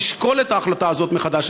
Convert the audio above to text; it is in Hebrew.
לשקול את ההחלטה הזאת מחדש.